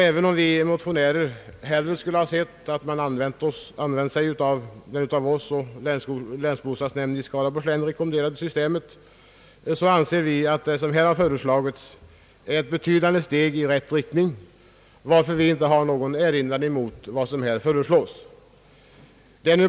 Även om vi motionärer hellre hade sett att man använt sig av det av oss och av länsbostadsnämnden i Skaraborgs län rekommenderade systemet, anser vi att utskottets förslag innebär ett betydande steg i rätt riktning, varför vi inte har någon erinran mot förslaget.